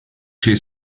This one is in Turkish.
şey